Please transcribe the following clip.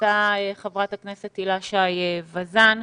נכנסה חברת הכנסת הילה שי וזאן.